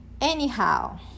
anyhow